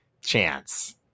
chance